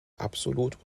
absolut